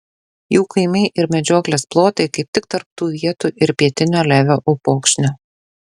jų kaimai ir medžioklės plotai kaip tik tarp tų vietų ir pietinio levio upokšnio